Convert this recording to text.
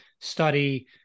study